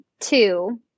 two